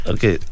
Okay